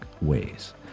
ways